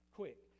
quick